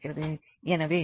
எனவே ∂v∂x6xy